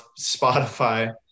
Spotify